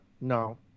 no